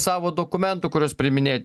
savo dokumentų kuriuos priiminėjat